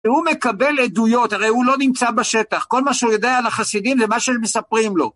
הוא מקבל עדויות, הרי הוא לא נמצא בשטח, כל מה שהוא יודע על החסידים זה מה שמספרים לו.